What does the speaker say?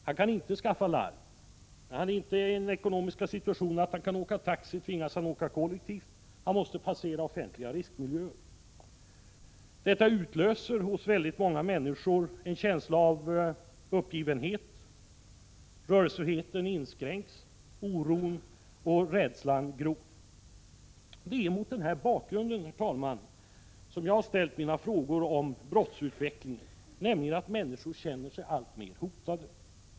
Han kan inte skaffa larm, och eftersom han inte är i en ekonomisk situation som medger att han åker taxi tvingas han åka kollektivt, och han måste då passera offentliga miljöer som kan vara riskabla. Hos många människor utlöser detta en känsla av uppgivenhet — rörelsefriheten inskränks, oron och rädslan gror. Det är mot denna bakgrund, herr talman, som jag har ställt mina frågor om brottsutvecklingen, nämligen att människor känner sig alltmer hotade.